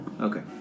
Okay